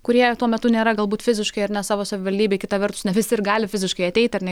kurie tuo metu nėra galbūt fiziškai ar ne savo savivaldybėj kita vertus ne visi ir gali fiziškai ateiti ar ne